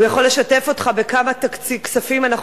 הוא יכול לשתף אותך בכמה כספים אנחנו